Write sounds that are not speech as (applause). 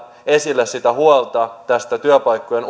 esille sitä huolta eli tähän työpaikkojen (unintelligible)